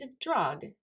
drug